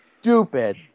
stupid –